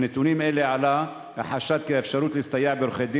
מנתונים אלה עלה החשד כי האפשרות להסתייע בעורכי-דין